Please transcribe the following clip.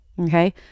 okay